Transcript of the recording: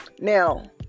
Now